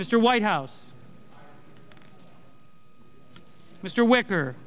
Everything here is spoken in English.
mr white house mr wicker